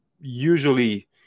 usually